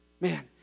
man